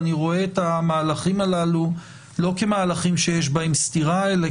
אני רואה את המהלכים הללו לא כמהלכים שיש בהם סתירה אלא